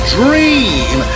dream